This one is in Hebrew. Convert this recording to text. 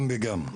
גם וגם.